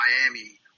Miami